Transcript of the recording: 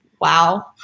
Wow